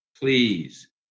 please